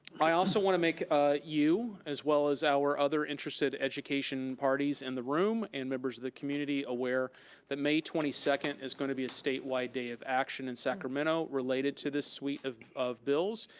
i also want to make you, as well as our other interested education parties in the room and members of the community aware that may twenty second is going to be a statewide day of action in sacramento related to this suite of of bills,